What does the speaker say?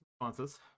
responses